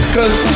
Cause